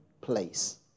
place